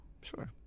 Sure